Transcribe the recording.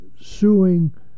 suing